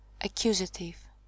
Accusative